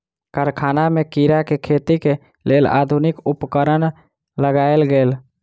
कारखाना में कीड़ा के खेतीक लेल आधुनिक उपकरण लगायल गेल